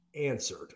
answered